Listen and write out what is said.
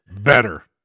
better